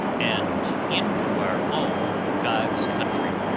and into our own god's country.